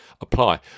apply